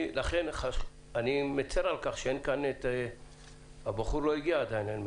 אני מצר על כך שהבחור לא הגיע עדין,